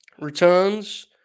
returns